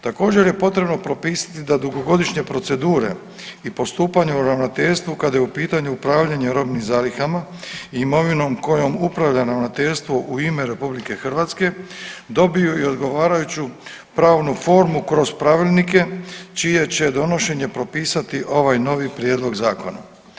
Također je potrebno propisati da dugogodišnje procedure i postupanja u Ravnateljstvu, kada je u pitanju upravljanje robnim zalihama i imovinom kojom upravlja Ravnateljstvo u ime RH, dobiju i odgovarajuću pravnu formu kroz pravilnike, čije će donošenje propisati ovaj novi prijedlog Zakona.